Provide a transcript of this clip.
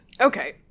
Okay